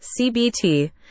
CBT